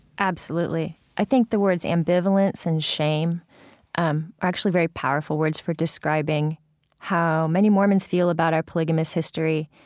absolutely. i think the words ambivalence and shame um are actually very powerful words for describing how many mormons feel about our polygamist history.